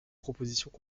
propositions